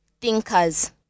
thinkers